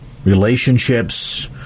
relationships